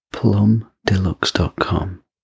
PlumDeluxe.com